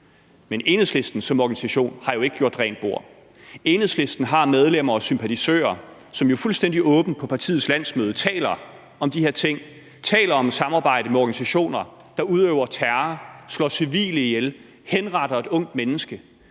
Men Enhedslisten som organisation har jo ikke gjort rent bord. Enhedslisten har medlemmer og sympatisører, som fuldstændig åbent på partiets landsmøde taler om de her ting, taler om samarbejde med organisationer, der udøver terror, slår civile ihjel, henretter et ungt menneske.